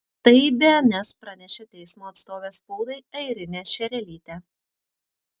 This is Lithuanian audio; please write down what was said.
tai bns pranešė teismo atstovė spaudai airinė šerelytė